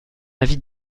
avis